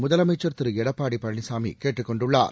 முதலமைச்சர் திரு எடப்பாடி பழனிசாமி கேட்டுக்கொண்டுள்ளார்